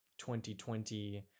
2020